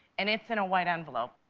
and it's in a white envelope.